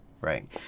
Right